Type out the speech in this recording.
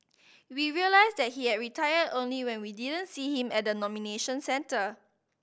we realised that he had retired only when we didn't see him at the nomination centre